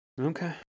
Okay